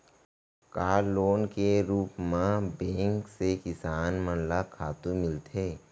का लोन के रूप मा बैंक से किसान मन ला खातू मिलथे?